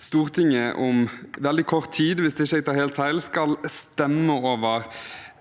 Stortinget om veldig kort tid – hvis jeg ikke tar helt feil – skal stemme over